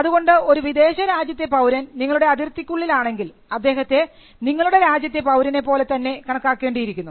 അതുകൊണ്ട് ഒരു വിദേശ രാജ്യത്തെ പൌരൻ നിങ്ങളുടെ അതിർത്തിക്കുള്ളിൽ ആണെങ്കിൽ അദ്ദേഹത്തെ നിങ്ങളുടെ രാജ്യത്തെ പൌരനെ പോലെതന്നെ കണക്കാക്കേണ്ടിയിരിക്കുന്നു